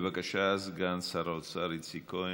בבקשה, סגן שר האוצר איציק כהן.